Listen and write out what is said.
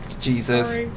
Jesus